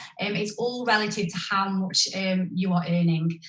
and it's all relative to how much you are earning.